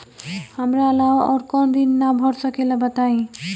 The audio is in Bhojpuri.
हमरा अलावा और कोई ऋण ना भर सकेला बताई?